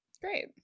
Great